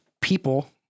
people